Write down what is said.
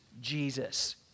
Jesus